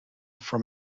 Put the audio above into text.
from